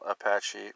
Apache